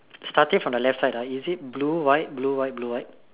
starting from the left side is it blue white blue white blue white